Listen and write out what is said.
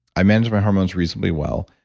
i manage my hormones reasonably well,